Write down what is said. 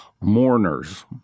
mourners